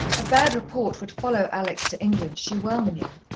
a bad report would follow alex to england she well knew,